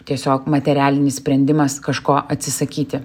tiesiog materialinis sprendimas kažko atsisakyti